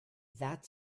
that